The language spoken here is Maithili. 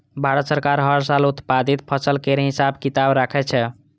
भारत सरकार हर साल उत्पादित फसल केर हिसाब किताब राखै छै